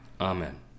Amen